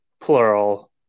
plural